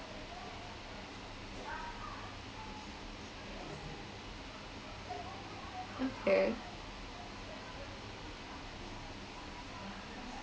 okay